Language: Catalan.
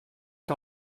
que